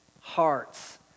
hearts